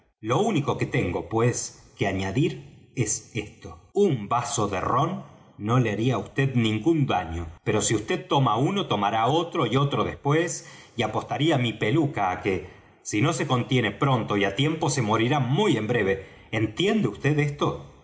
lo único que tengo pues que añadir es esto un vaso de rom no le haría á vd ningún daño pero si vd toma uno tomará otro y otro después y apostaría mi peluca á que si no se contiene pronto y á tiempo se morirá muy en breve entiende vd esto